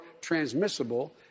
transmissible